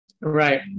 Right